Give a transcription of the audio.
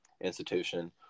institution